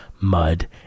mud